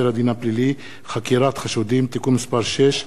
הדין הפלילי (חקירת חשודים) (תיקון מס' 6),